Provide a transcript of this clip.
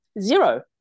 Zero